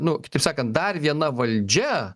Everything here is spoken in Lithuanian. nu kitaip sakant dar viena valdžia